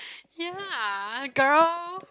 ya girl